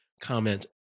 comments